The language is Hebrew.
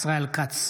אינו נוכח ישראל כץ,